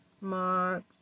marks